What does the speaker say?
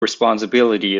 responsibility